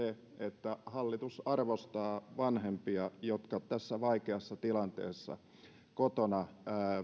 että hallitus arvostaa vanhempia jotka tässä vaikeassa tilanteessa